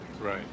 Right